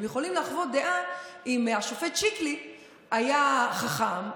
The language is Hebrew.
הם יכולים לחוות דעה אם השופט שיקלי היה חכם,